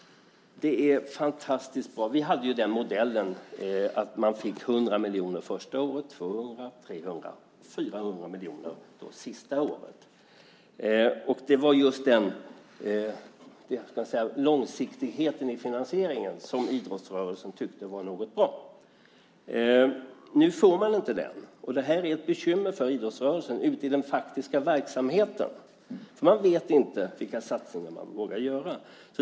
Det är fantastiskt bra. Vi hade ju den modellen att man fick 100 miljoner första året. Sedan fick man 200 och 300 och sista året 400 miljoner. Det var just den långsiktigheten i finansieringen som idrottsrörelsen tyckte var något bra. Nu får man inte den, och det här är ett bekymmer för idrottsrörelsen ute i den faktiska verksamheten. Man vet nämligen inte vilka satsningar man vågar göra.